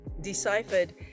Deciphered